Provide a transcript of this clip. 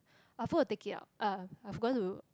I forgot to take it out uh I forgot to